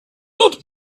not